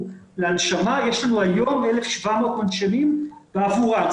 להנשמה יש לנו היום 1,700 מנשמים בעבורם.